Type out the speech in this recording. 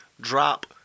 Drop